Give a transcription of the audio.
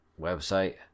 website